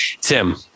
tim